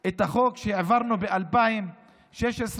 את החוק שהעברנו ב-2017-2016.